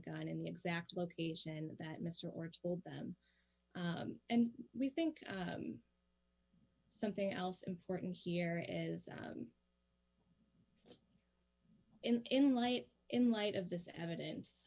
gun in the exact location that mr or told them and we think something else important here is in light in light of this evidence